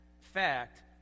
fact